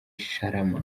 sharama